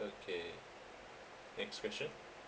okay next question